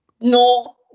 no